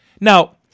Now